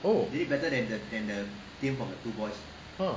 oh !huh!